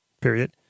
Period